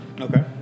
Okay